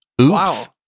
Oops